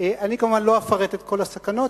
אני כמובן לא אפרט את כל הסכנות,